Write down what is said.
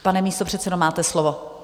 Pane místopředsedo, máte slovo.